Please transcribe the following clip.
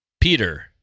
Peter